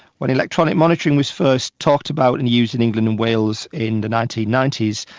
when electronic monitoring was first talked about and used in england and wales in the nineteen ninety s,